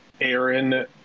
Aaron